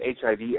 HIV